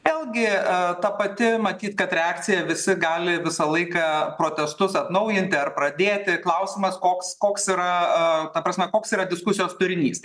vėlgi ta pati matyt kad reakcija visi gali visą laiką protestus atnaujinti ar pradėti klausimas koks koks yra a ta prasme koks yra diskusijos turinys